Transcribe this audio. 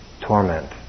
torment